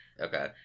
Okay